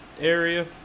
area